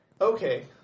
okay